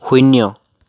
শূন্য